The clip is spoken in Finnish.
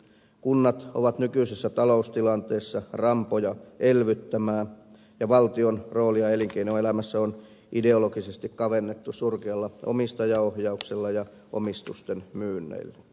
kunnat ovat nykyisessä taloustilanteessa rampoja elvyttämään ja valtion roolia elinkeinoelämässä on ideologisesti kavennettu surkealla omistajaohjauksella ja omistusten myynneillä